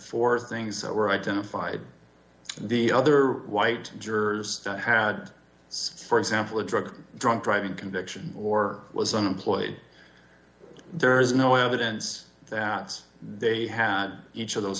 four things that were identified the other white jurors had six for example a drug drunk driving conviction or was unemployed there is no evidence that they had each of those